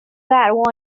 that